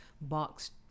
boxed